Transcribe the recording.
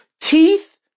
teeth